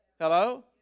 Hello